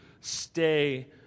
stay